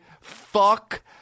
Fuck